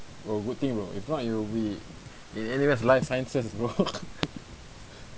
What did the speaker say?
oh good thing bro if not you will be in N_U_S life sciences bro